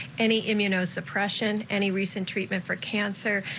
any immuno suppression, any recent treatment for cancer,